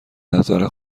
نظر